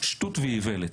שטות ואיוולת,